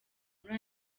muri